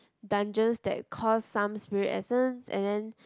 dungeons that cost some spirit essence and then